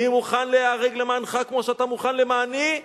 אני מוכן ליהרג למענך כמו שאתה מוכן למעני,